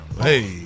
Hey